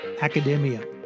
academia